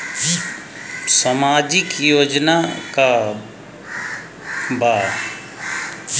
सामाजिक योजना का बा?